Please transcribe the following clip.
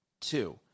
two